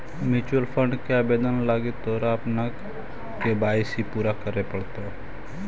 mutual fund के आवेदन लागी तोरा अपन के.वाई.सी पूरा करे पड़तो